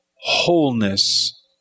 wholeness